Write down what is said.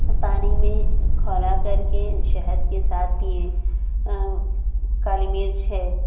پانی میں کھولا کر کے شہد کے ساتھ پئیں کالی مرچ ہے